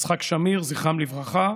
יצחק שמיר, זכרם לברכה,